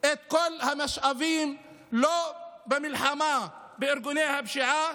את כל המשאבים לא במלחמה בארגוני הפשיעה,